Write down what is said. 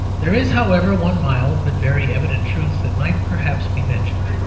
there is, however, one mild but very evident truth that might perhaps be mentioned.